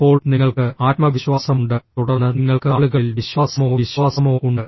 അപ്പോൾ നിങ്ങൾക്ക് ആത്മവിശ്വാസമുണ്ട് തുടർന്ന് നിങ്ങൾക്ക് ആളുകളിൽ വിശ്വാസമോ വിശ്വാസമോ ഉണ്ട്